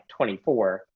24